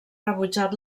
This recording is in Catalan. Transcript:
rebutjat